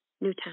Newtown